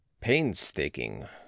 painstaking